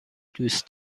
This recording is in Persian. دوست